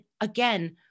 again